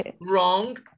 Wrong